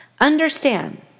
Understand